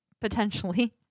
potentially